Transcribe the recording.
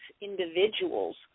individuals